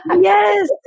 Yes